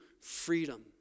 freedom